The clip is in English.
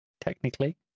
technically